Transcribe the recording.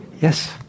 Yes